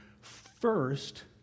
first